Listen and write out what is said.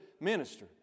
minister